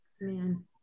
Man